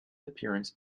appearance